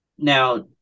Now